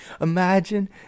imagine